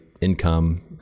income